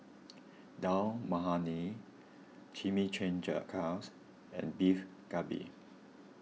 Dal Makhani and Beef Galbi